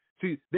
See